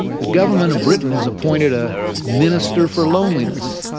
the government of britain has appointed a minister for loneliness.